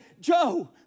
Joe